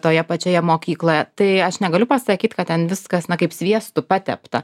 toje pačioje mokykloje tai aš negaliu pasakyt kad ten viskas na kaip sviestu patepta